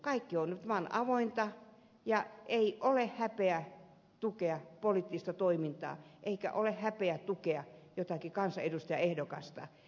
kaikki on nyt vaan avointa ja ei ole häpeä tukea poliittista toimintaa eikä ole häpeä tukea jotakin kansanedustajaehdokasta